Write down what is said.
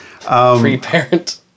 Pre-parent